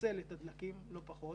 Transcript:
לחסל את הדלקים, לא פחות.